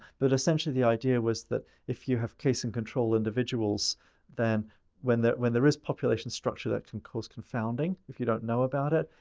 but essentially the idea was that if you have case and control individuals then when the when there is population structure that can cause confounding if you don't know about it.